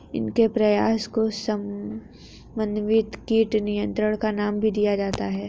इनके प्रयासों को समन्वित कीट नियंत्रण का नाम भी दिया जाता है